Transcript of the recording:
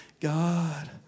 God